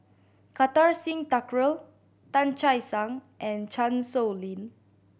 Kartar Singh Thakral Tan Che Sang and Chan Sow Lin